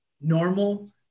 normal